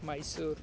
Mysuru